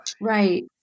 Right